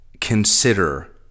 consider